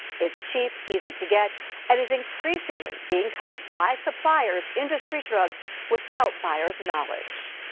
it's cheap, easy to get and is increasingly being cut by suppliers into street drugs without buyers' knowledge.